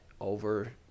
over